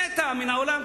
מתה, עברה מן העולם.